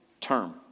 term